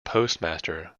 postmaster